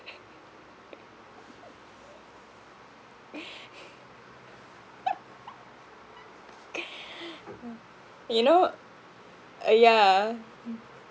you know uh yeah